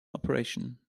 operation